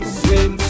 swim